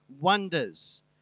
wonders